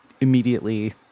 immediately